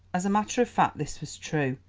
as a matter of fact this was true,